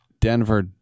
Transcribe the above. Denver